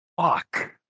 Fuck